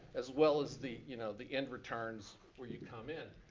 as well as the you know the end returns where you come in.